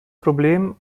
problem